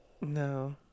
No